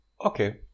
Okay